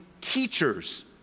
teachers